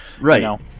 right